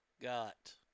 got